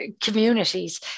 communities